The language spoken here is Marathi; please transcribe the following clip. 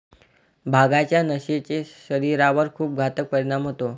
भांगाच्या नशेचे शरीरावर खूप घातक परिणाम होतात